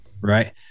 right